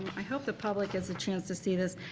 i hope the public gets a chance to see this.